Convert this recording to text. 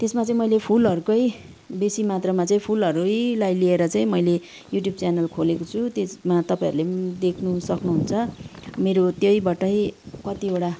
त्यसमा चाहिँ मैले फुलहरूकै बेसी मात्रामा चाहिँ फुलहरूलाई लिएर चाहिँ मैले युट्युब च्यानल खोलेको छु त्यसमा तपाईँहरूले पनि देख्नु सक्नुहुन्छ मेरो त्यहीबाटै कतिवटा